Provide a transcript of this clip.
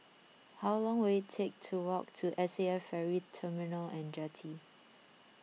how long will it take to walk to S A F Ferry Terminal and Jetty